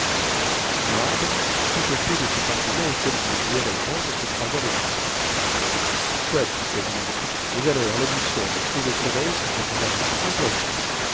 marbre stupéfait de cet argument auquel il ne pouvait répondre se croisa les bras soit dit sabine mais alors la boussole et le soleil sont en contradiction complète